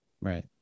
right